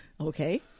okay